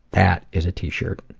that is a t-shirt.